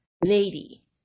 lady